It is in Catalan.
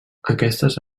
aquestes